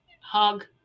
hug